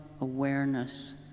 awareness